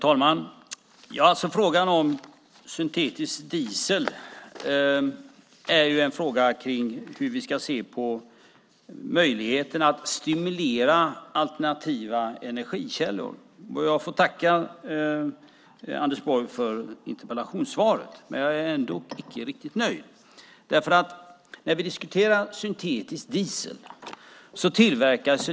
Herr talman! Frågan om syntetisk diesel är en fråga om hur vi ska se på möjligheterna att stimulera alternativa energikällor. Jag får tacka Anders Borg för interpellationssvaret, men jag är ändock inte riktigt nöjd. Vi diskuterar syntetisk diesel.